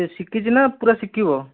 ସେ ଶିଖିଛି ନା ପୁରା ଶିଖିଵ